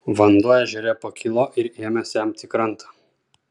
vanduo ežere pakilo ir ėmė semti krantą